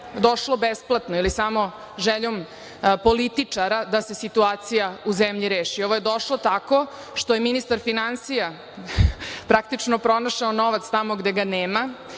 došlo besplatno ili samo željom političara da se situacija u zemlji reši. Ovo je došlo tako što je ministar finansija praktično pronašao novac tamo gde ga nema